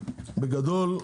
בגדול,